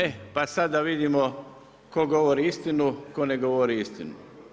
E pa sad da vidimo tko govori istinu, tko ne govori istinu.